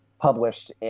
published